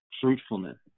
fruitfulness